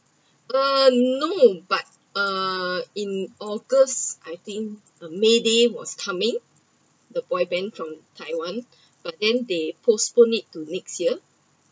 err no but uh in august I think uh mayday was coming a boy band from taiwan but then they postponed it to next year